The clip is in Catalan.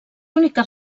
úniques